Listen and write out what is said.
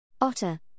Otter